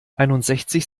einundsechzig